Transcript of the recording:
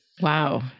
Wow